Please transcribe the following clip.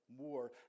More